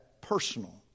personal